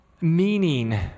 meaning